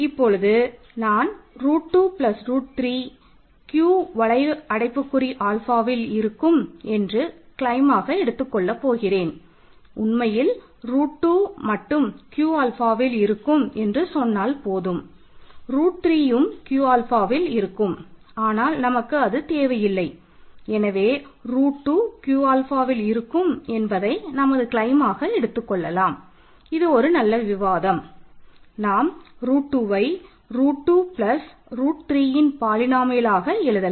இப்பொழுது நான் ரூட் எழுதலாம்